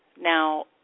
now